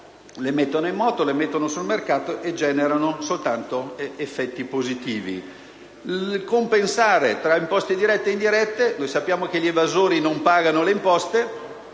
che metterli in moto sul mercato generando soltanto effetti positivi. Compensare tra imposte dirette e indirette: sappiamo che gli evasori non pagano le imposte.